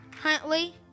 Huntley